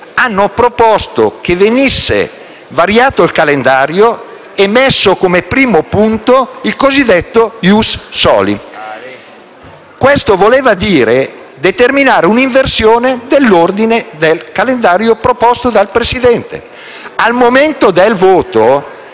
hanno proposto che venisse variato il calendario e messo come primo punto il cosiddetto *ius soli*. Questo voleva dire determinare un'inversione dell'ordine del calendario proposto dal Presidente. Al momento del voto,